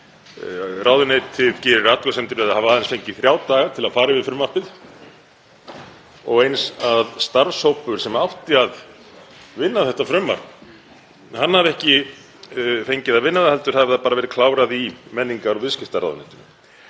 Ráðuneytið gerir athugasemdir við að hafa aðeins fengið þrjá daga til að fara yfir frumvarpið og eins að starfshópur sem átti að vinna þetta frumvarp hafi ekki fengið að vinna það heldur hafi það bara verið klárað í menningar- og viðskiptaráðuneytinu.